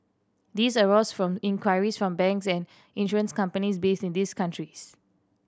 these arose from inquiries from banks and insurance companies based in these countries